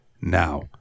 Now